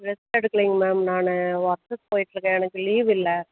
rest எடுக்கலைங்க ma'am நான் office போய்கிட்ருக்கேன் எனக்கு லீவ் இல்லை